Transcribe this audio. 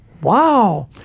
Wow